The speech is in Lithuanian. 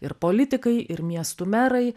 ir politikai ir miestų merai